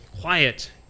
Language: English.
Quiet